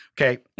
Okay